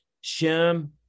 Shem